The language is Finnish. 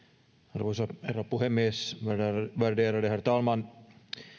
arvoisa herra puhemies värderade herr talman